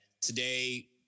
Today